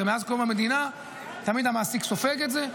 הרי מאז קום המדינה תמיד המעסיק סופג את זה.